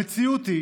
המציאות היא